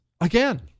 Again